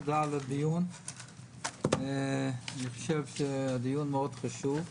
תודה על הדיון, אני חושב שהדיון מאוד חשוב.